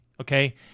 okay